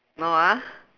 no ah